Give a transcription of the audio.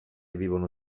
vivono